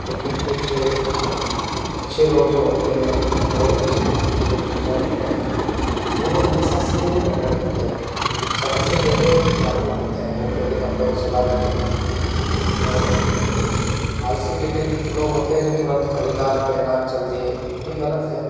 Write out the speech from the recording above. लेकिन कुछ अच्छे लोग जो होते हैं जिनकी बहुत अच्छी सोच विचार होते हैं वो लोग हमेशा सिले हुए कपड़े पहनते हैं समय से पहले जो जागरूक होते हैं वो पहले कपड़े को सिला लेतें हैं और कुछ आलसी केटेगरी के लोग होते हैं जो तुरंत खरीदा पहना चल दिए तो यह गलत हैं